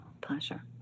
Pleasure